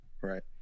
Right